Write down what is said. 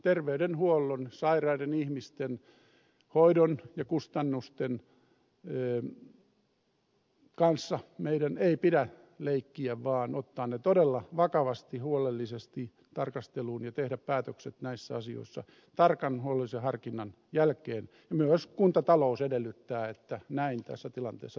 terveydenhuollon sairaiden ihmisten hoidon ja kustannusten kanssa meidän ei pidä leikkiä vaan ottaa ne todella vakavasti huolellisesti tarkasteluun ja tehdä päätökset näissä asioissa tarkan huolellisen harkinnan jälkeen ja myös kuntatalous edellyttää että näin tässä tilanteessa toimitaan